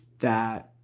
that